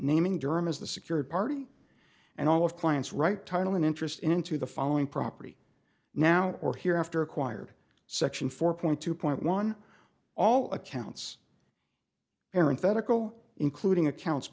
naming durham as the secured party and all of clients right title and interest into the following property now or hereafter acquired section four point two point one all accounts erin federal including accounts